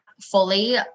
fully